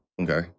Okay